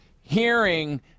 hearing